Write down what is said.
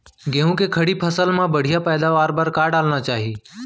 गेहूँ के खड़ी फसल मा बढ़िया पैदावार बर का डालना चाही?